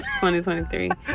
2023